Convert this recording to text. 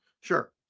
sure